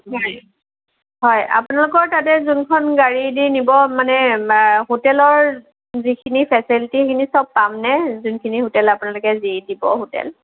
হয় হয় আপোনালোকৰ তাতে যোনখন গাড়ীয়েদি নিব মানে হোটেলৰ যিখিনি ফেছিলিটী সেইখিনি চব পামনে যোনখিনি হোটেল আপোনালোকে যি দিব হোটেল